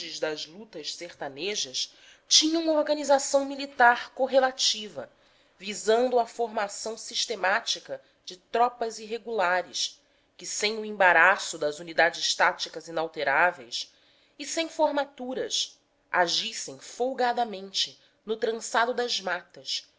das lutas sertanejas tinham organização militar correlativa visando a formação sistemática de tropas irregulares que sem o embaraço das unidades táticas inalteráveis e sem formaturas agissem folgadamente no